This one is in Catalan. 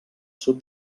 sud